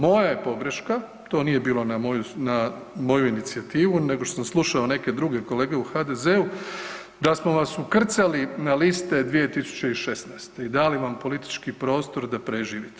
Moja je pogreška, to nije bilo na moju inicijativu nego što sam slušao neke druge kolege u HDZ-u, da smo vas ukrcali na liste 2016. i dali vam politički prostor da preživite.